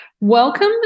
welcome